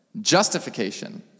justification